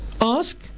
Ask